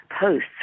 posts